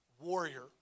warrior